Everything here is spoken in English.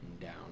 down